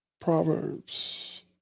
Proverbs